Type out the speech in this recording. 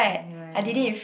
no no